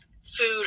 food